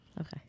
Okay